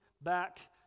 back